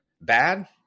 bad